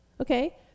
Okay